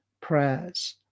prayers